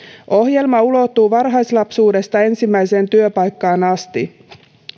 ohjelma ulottuu varhaislapsuudesta ensimmäiseen työpaikkaan asti